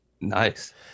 Nice